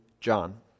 John